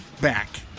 back